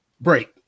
break